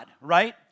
right